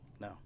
No